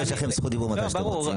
יש לכם זכות דיבור מתי שאתם רוצים.